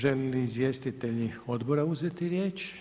Žele li izvjestitelji odbora uzeti riječ?